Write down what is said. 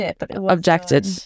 objected